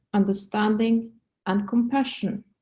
understanding and compassion.